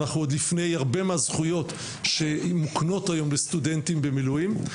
עוד לפני הרבה מהזכויות שמוקנות היום לסטודנטים במילואים,